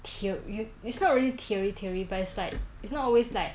theo~ you it's not really theory theory but it's like it's not always like